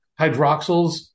Hydroxyls